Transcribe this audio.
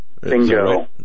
Bingo